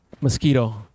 mosquito